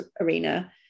arena